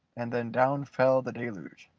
and then down fell the deluge.